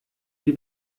die